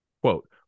Quote